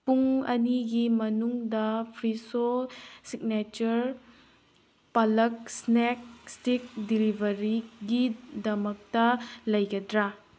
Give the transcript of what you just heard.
ꯄꯨꯡ ꯑꯅꯤꯒꯤ ꯃꯅꯨꯡꯗ ꯐ꯭ꯔꯤꯁꯣ ꯁꯤꯛꯅꯦꯆꯔ ꯄꯥꯂꯛ ꯁ꯭ꯅꯦꯛ ꯁ꯭ꯇꯤꯛ ꯗꯤꯂꯤꯕꯔꯤꯒꯤ ꯗꯃꯛꯇ ꯂꯩꯒꯗ꯭ꯔꯥ